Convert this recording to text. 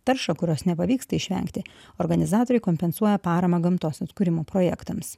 taršą kurios nepavyksta išvengti organizatoriai kompensuoja parama gamtos atkūrimo projektams